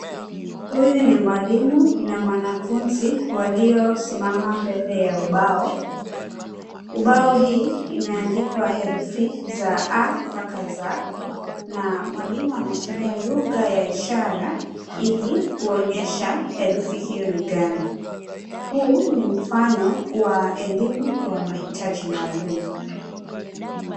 Huyu ni mwalimu na mwanafunzi waliosimama mbele ya ubao. Ubao hii, imeandikwa herufi za A mpaka Z na mwalimu anatumia lugha ya ishara ili kuonyesha herufi hiyo ni gani. Huu ni mfano wa elimu wa mahitaji maalum.